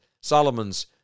Solomon's